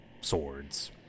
swords